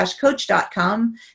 coach.com